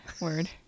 Word